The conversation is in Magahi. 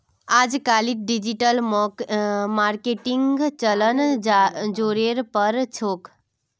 अजकालित डिजिटल मार्केटिंगेर चलन ज़ोरेर पर छोक